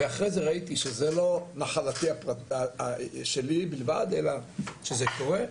ואחרי זה ראיתי שזו לא הנחלה שלי בלבד אלא שזה קורה,